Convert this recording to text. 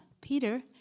Peter